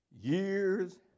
Years